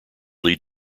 lead